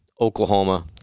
Oklahoma